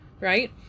Right